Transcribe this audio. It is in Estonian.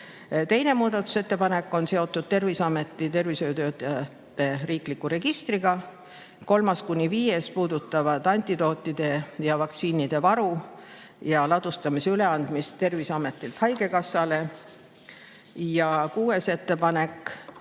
Teine muudatusettepanek on seotud Terviseameti tervishoiutöötajate riikliku registriga. Kolmas kuni viies puudutavad antidootide ja vaktsiinide varu ning ladustamise üleandmist Terviseametilt haigekassale. Kuues ettepanek